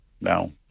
no